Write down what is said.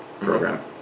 program